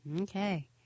Okay